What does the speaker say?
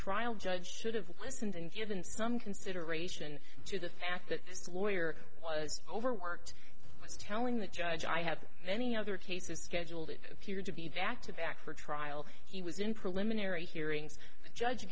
trial judge should have listened and given some consideration to the fact that this lawyer was overworked was telling the judge i have many other cases scheduled it appeared to be back to back for trial he was in preliminary hearings judge